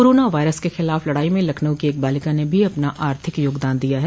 corona virus के खिलाफ लड़ाई में लखनऊ की एक बालिका ने भी अपना आर्थिक योगदान दिया है